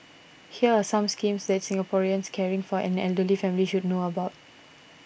here are some schemes that Singaporeans caring for an elderly family should know about